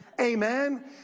amen